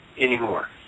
anymore